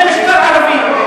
זה משטר ערבי.